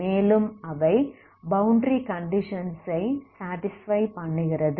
மேலும் அவை boundary conditions ஐ சாடிஸ்ஃபை பண்ணுகிறது